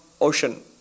ocean